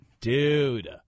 Dude